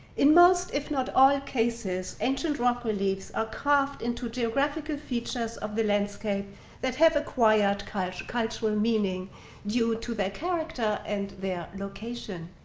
in most if not all cases, ancient rock reliefs are carved into geographical features of the landscape that have acquired cultural meaning due to their character and their location.